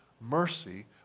mercy